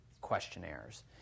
questionnaires